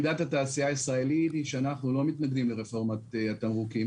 עמדת התעשייה הישראלית היא שאנחנו לא מתנגדים לרפורמת התמרוקים